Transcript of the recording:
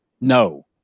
No